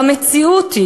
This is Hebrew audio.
במציאות,